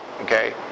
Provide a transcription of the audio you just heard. okay